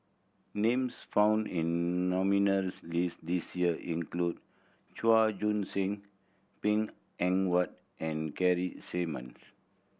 names found in nominees' list this year include Chua Joon Sing Png Eng Huat and Keith Simmons